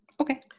Okay